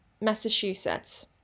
Massachusetts